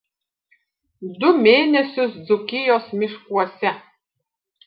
du mėnesius dzūkijos miškuose